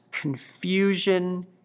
confusion